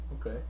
okay